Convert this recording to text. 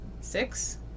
Six